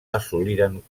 assoliren